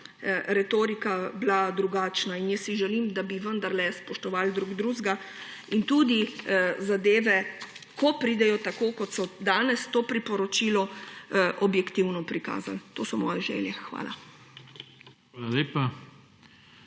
retorika bila drugačna. Želim si, da bi vendarle spoštovali drug drugega in tudi zadeve, ko pridejo tako, kot je danes to priporočilo, objektivno prikazali. To so moje želje. Hvala.